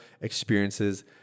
experiences